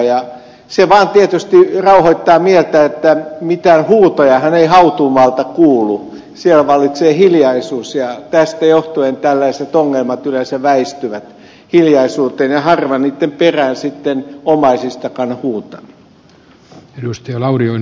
se vaan tietysti rauhoittaa mieltä että mitään huutojahan ei hautuumaalta kuulu siellä vallitsee hiljaisuus ja tästä johtuen tällaiset ongelmat yleensä väistyvät hiljaisuuteen ja harva niitten perään sitten omaisistakaan huutaa